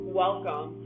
welcome